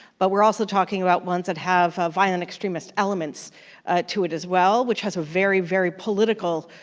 but we're also talking about ones that have ah violent extremist elements to it as well, which has a very, very political